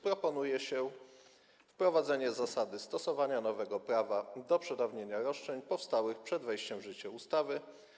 Proponuje się wprowadzenie zasady stosowania nowego prawa do przedawnienia roszczeń powstałych przed wejściem w życie ustawy.